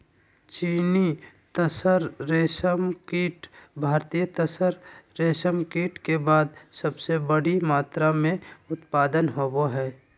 चीनी तसर रेशमकीट भारतीय तसर रेशमकीट के बाद सबसे बड़ी मात्रा मे उत्पादन होबो हइ